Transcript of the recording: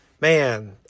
man